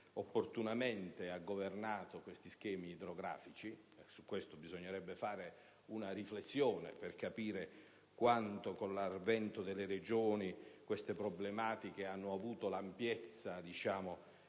opportunamente ha governato questi schemi idrografici (su questo bisognerebbe fare una riflessione per capire quanto con l'avvento delle Regioni queste problematiche hanno avuto l'attenzione